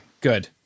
good